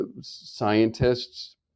scientists